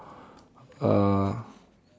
uh